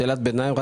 שאלת ביניים.